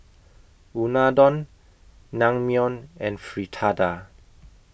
Unadon Naengmyeon and Fritada